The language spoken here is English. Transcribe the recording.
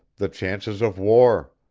the chances of war.